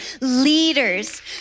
leaders